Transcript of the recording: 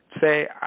Say